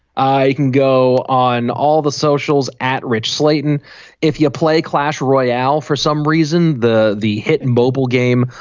i can go on all the socials at rich slayton if you play clash royale for some reason the. the hit and mobile game.